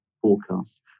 forecasts